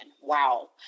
Wow